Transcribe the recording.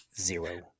Zero